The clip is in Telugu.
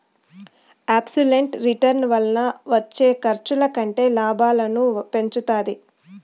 అబ్సెల్యుట్ రిటర్న్ వలన వచ్చే ఖర్చుల కంటే లాభాలను పెంచుతాది